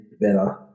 better